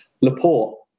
Laporte